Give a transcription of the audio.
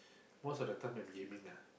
most the time when gaming ah